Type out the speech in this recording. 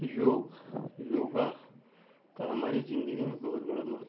योग योगा का हमारी जिंदगी में बहुत बड़ा महत्व है